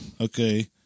Okay